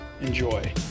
enjoy